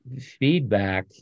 feedback